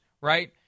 right